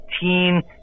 teen